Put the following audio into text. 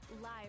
Live